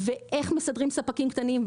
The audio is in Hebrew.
איך מסדרים ספקים קטנים,